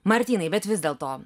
martynai bet vis dėlto